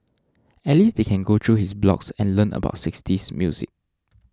at least they can go through his blogs and learn about sixties music